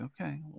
okay